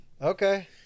Okay